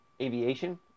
aviation